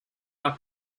are